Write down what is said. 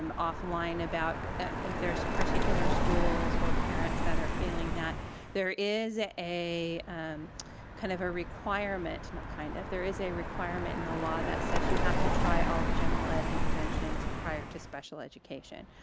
um offline about if there's particular schools or parents that are feeling that there is a a kind of a requirement, not kind of, there is a requirement in the law that says you have to try all general ed interventions prior to special education.